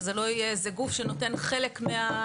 שזה לא יהיה איזה גוף שנותן חלק מהשירותים,